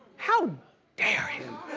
how dare he?